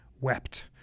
wept